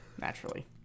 naturally